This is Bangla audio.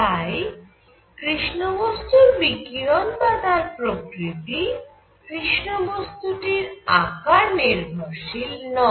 তাই কৃষ্ণ বস্তুর বিকিরণ বা তার প্রকৃতি কৃষ্ণ বস্তুটির আকার নির্ভরশীল নয়